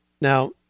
Now